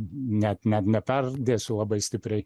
net net neperdėsiu labai stipriai